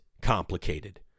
complicated